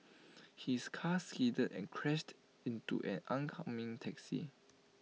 his car skidded and crashed into an oncoming taxi